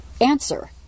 Answer